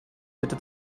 bitte